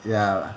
yeah